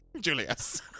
Julius